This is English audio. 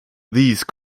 these